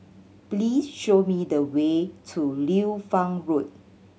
please show me the way to Liu Fang Road